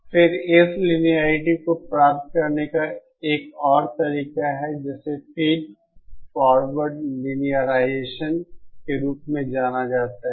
फिर इस लिनियेरिटी को प्राप्त करने का एक और तरीका है जिसे फीड फॉरवर्ड लिनियराइजेशन के रूप में जाना जाता है